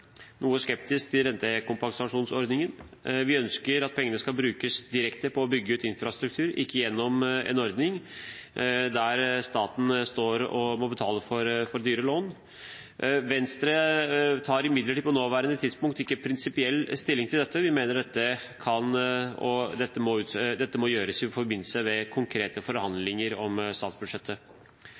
noe skeptisk til rentekompensasjonsordningen. Vi ønsker at pengene skal brukes direkte på å bygge ut infrastruktur, ikke gjennom en ordning der staten må betale for dyre lån. Venstre tar imidlertid på nåværende tidspunkt ikke prinsipiell stilling til dette. Vi mener dette må gjøres i forbindelse med konkrete forhandlinger om statsbudsjettet.